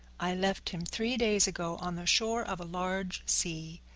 i left him three days ago on the shore of a large sea.